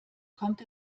kommt